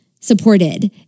supported